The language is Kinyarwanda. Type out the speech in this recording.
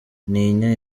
ntinya